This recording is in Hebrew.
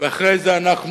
ואחרי זה אנחנו